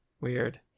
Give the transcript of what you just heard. weird